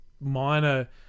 minor